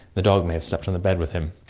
the dog may have slept on the bed with him.